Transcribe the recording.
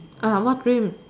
what dream